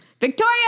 Victoria